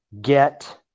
get